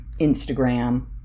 instagram